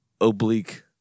oblique